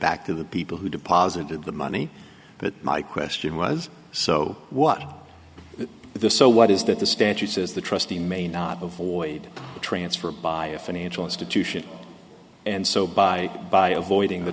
back to the people who deposited the money but my question was so what the so what is that the statute says the trustee may not avoid a transfer by a financial institution and so by by avoiding the